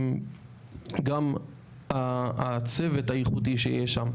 גם הצוות הייחודי שיש שם,